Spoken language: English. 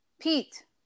Pete